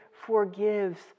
forgives